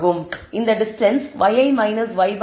இந்த distance yi y̅ ஆகும்